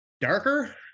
darker